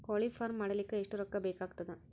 ಕೋಳಿ ಫಾರ್ಮ್ ಮಾಡಲಿಕ್ಕ ಎಷ್ಟು ರೊಕ್ಕಾ ಬೇಕಾಗತದ?